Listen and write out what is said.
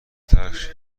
ترِش